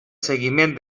seguiment